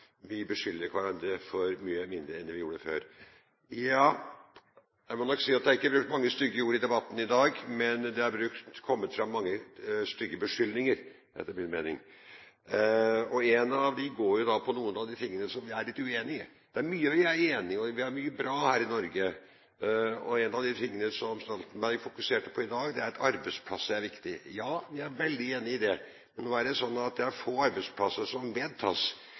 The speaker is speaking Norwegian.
vi beskylder hverandre for mye mindre enn det vi gjorde før. Jeg må nok si at det ikke er brukt mange stygge ord i debatten i dag, men det har kommet fram mange stygge beskyldninger, etter min mening. En av dem går da på noen av de tingene jeg er litt uenig i. Det er mye vi er enige om, og vi har mye bra her i Norge, og en av de tingene Stoltenberg fokuserte på i dag, er at arbeidsplasser er viktig. Ja, jeg er veldig enig i det. Nå er det slik at det er få arbeidsplasser som vedtas,